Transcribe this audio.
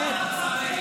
באמת.